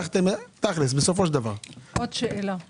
עוד שאלה ברשותך.